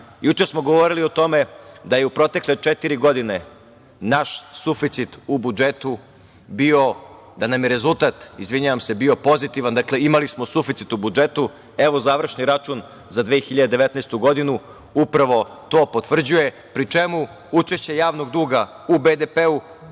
smo govorili o tome da je u protekle četiri godine, naš suficit u budžetu bio, da nam je rezultat, izvinjavam se, bio pozitivan. Dakle, imali smo suficit u budžetu. Evo završni račun za 2019. godinu upravo to potvrđuje, pri čemu će učešće javnog duga u BDP-u